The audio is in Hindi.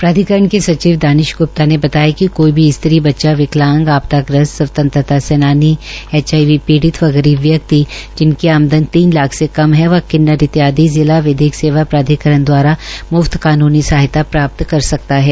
प्राधिकरण के सचिव दानिश ग्प्ता ने बताया कि कोई भी स्त्री बच्चा विकलांग आपदाग्रस्त स्वतंत्रता सेनानी एच आई पी पीडि़त व गरीब व्यक्ति पिनकी आमदन तीन लाख से कम है व किन्नर इत्यादि पिला विधिक सेवा प्राधिकरण द्वारा म्फ्त कानूनी सहायता प्राप्त कर सकता है